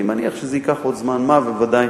אני מניח שזה ייקח עוד זמן-מה, וודאי